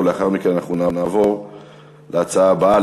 ולאחר מכן אנחנו נעבור להצעה הבאה